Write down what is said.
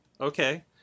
Okay